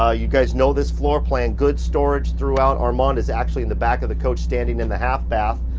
ah you guys know this floor plan, good storage throughout. armand is actually in the back of the coach, standing in the half bath.